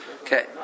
okay